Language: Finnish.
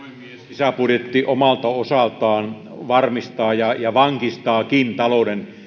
lisäbudjetti omalta osaltaan varmistaa ja ja vankistaakin talouden